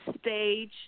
stage